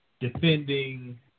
defending